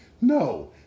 No